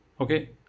Okay